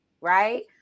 right